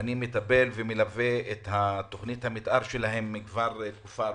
שאני מטפל ומלווה את תוכנית המתאר שלהם כבר תקופה ארוכה.